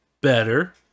better